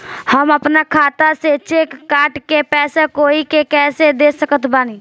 हम अपना खाता से चेक काट के पैसा कोई के कैसे दे सकत बानी?